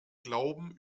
glauben